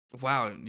wow